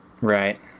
Right